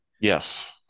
Yes